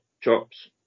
chops